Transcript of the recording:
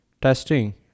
testing